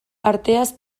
arteaz